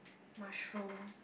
mushroom